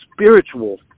spiritual